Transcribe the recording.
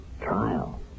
Trial